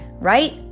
Right